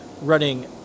running